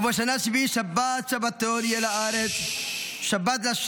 ובשנה השביעִת שבת שבתון יהיה לארץ שבת לה'.